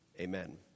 Amen